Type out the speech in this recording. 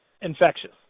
infectious